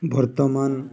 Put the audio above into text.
ବର୍ତ୍ତମାନ